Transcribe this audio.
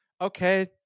okay